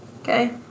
Okay